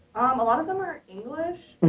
a lot of them are english,